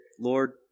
Lord